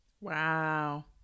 Wow